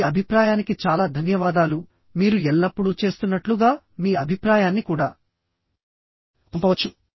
మీ అభిప్రాయానికి చాలా ధన్యవాదాలు మీరు ఎల్లప్పుడూ చేస్తున్నట్లుగా మీ అభిప్రాయాన్ని కూడా పంపవచ్చు